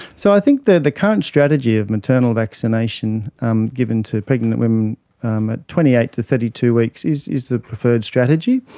so i think the the current strategy of maternal vaccination um given to pregnant women um at twenty eight to thirty two weeks is is the preferred strategy.